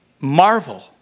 marvel